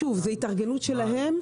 שוב, זו התארגנות שלהם.